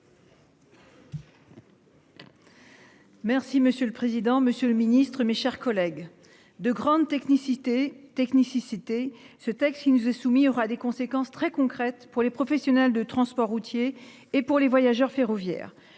Merci monsieur le président, Monsieur le Ministre, mes chers collègues de grande technicité technicité ce texte qui nous est soumis, aura des conséquences très concrètes pour les professionnels de transport routier et pour les voyageurs ferroviaires,